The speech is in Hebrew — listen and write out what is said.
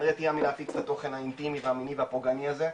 אין רתיעה מלהפיץ את התוכן האינטימי והמיני והפוגעני הזה.